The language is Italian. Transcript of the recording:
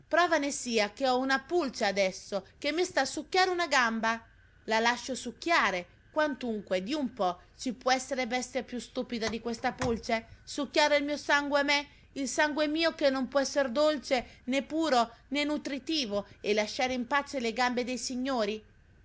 prova ne sia che ho una pulce adesso che mi sta a succhiare una gamba la lascio succhiare quantunque di un po ci può essere bestia più stupida di questa pulce succhiare il sangue a me il sangue mio che non può essere dolce né puro né nutritivo e lasciare in pace le gambe dei signori